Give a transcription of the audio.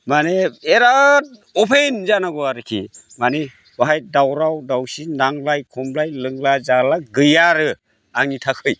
माने बिराद अपेन जानांगौ आरोखि माने बेवहाय दावराव दावसि नांलाय खमलाय लोंला जाला गैया आरो आंनि थाखाय